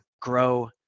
grow